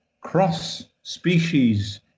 cross-species